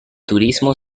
turismo